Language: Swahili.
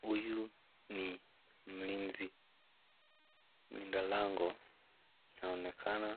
Huyu ni mlinzi, mlinda lango anaonekana